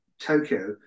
Tokyo